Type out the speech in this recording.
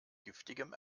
giftigem